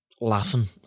laughing